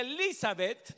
Elizabeth